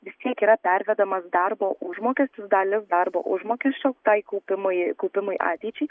vis tiek yra pervedamas darbo užmokestis dalis darbo užmokesčio tai kaupimui kaupimui ateičiai